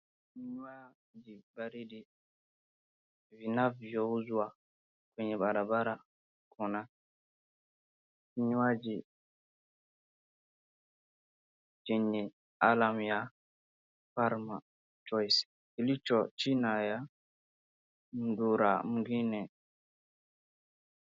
Jua ni baridi vinavyouzwa kwenye barabara. Kuna kinywaji chenye alama ya Farmers Choice kilicho china ya mdura mwingine.